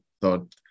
thought